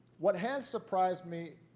what has surprised me,